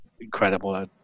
incredible